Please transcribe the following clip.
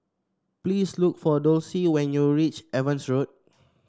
please look for Dulcie when you reach Evans Road